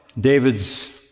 David's